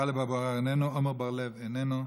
טלב אבו עראר, איננו, עמר בר-לב, איננו.